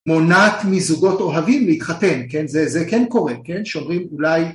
מונעת מזוגות אוהבים להתחתן, זה כן קורה, שאומרים אולי